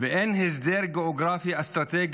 ואין הסדר גיאוגרפי-אסטרטגי